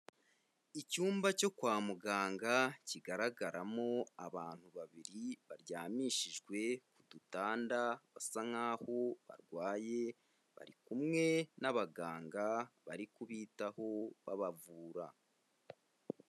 Icyumba cyo kwa muganga kigaragaramo abantu babiri baryamishijwe ku dutanda basa nk'aho barwaye bari kumwe n'abaganga bari kubitaho babavura.